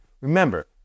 Remember